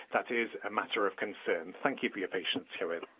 that is a matter of concern. thank you for your patience, llywydd.